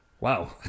Wow